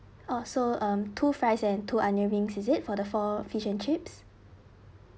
orh so um two fries and two onion rings is it for the four fish and chips